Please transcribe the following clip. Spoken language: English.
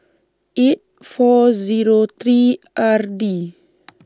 eight four three R D